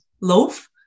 loaf